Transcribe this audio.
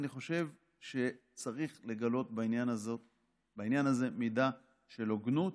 אני חושב שצריך לגלות בעניין הזה מידה של הוגנות.